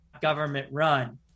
government-run